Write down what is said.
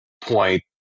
point